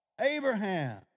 Abraham